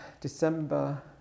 December